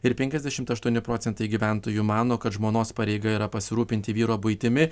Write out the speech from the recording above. ir penkiasdešimt aštuoni procentai gyventojų mano kad žmonos pareiga yra pasirūpinti vyro buitimi